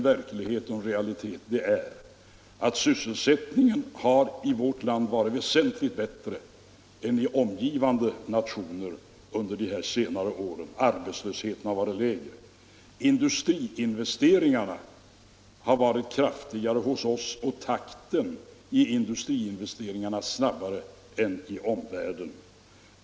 Vad som är en realitet är att sysselsättningen har varit väsentligt bättre i vårt land än i omgivande nationer under de senare åren. Arbetslösheten har alltså varit lägre. Industriinvesteringarna har varit kraftigare hos oss — och takten i industriinvesteringarna snabbare — än i omvärlden.